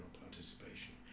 participation